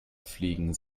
fliegen